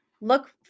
look